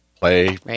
play